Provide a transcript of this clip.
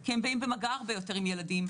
כי הם באים במגע הרבה יותר עם ילדים,